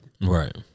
Right